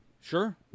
Sure